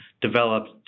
developed